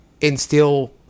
instill